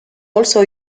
also